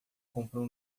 comprou